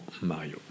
Mario